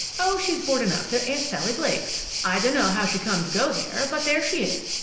oh, she's boarding up to aunt sally blake's. i dunno how she come to go there, but there she is.